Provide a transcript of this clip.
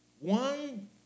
One